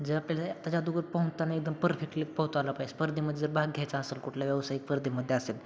जर आपल्याला त्याच्या अगोदर पोहताना एकदम परफेक्टली पोहता पाहिजे स्पर्धेमध्ये जर भाग घ्यायचा असेल कुठल्या व्यावसायिक स्पर्धेमध्ये असेल